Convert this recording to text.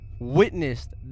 witnessed